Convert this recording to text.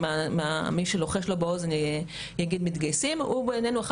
ממי שלוחש לו באוזן יגיד מתגייסים הוא בעינינו אחד